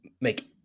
make